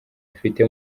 afite